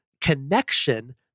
connection